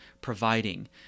providing